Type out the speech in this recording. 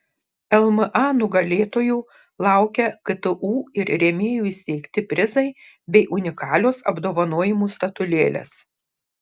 lma nugalėtojų laukia ktu ir rėmėjų įsteigti prizai bei unikalios apdovanojimų statulėlės